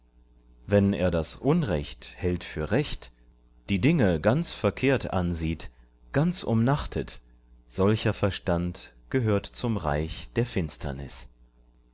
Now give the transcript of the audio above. wenn er das unrecht hält für recht die dinge ganz verkehrt ansieht ganz umnachtet solcher verstand gehört zum reich der finsternis